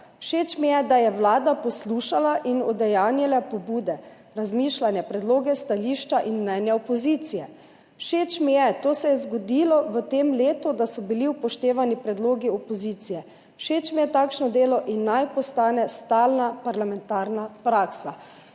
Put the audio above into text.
Všeč mi je, da je vlada poslušala in udejanjila pobude, razmišljanja, predloge, stališča in mnenja opozicije. Všeč mi je, to se je zgodilo v tem letu, da so bili upoštevani predlogi opozicije. Všeč mi je takšno delo in naj postane stalna parlamentarna praksa.«